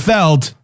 Feld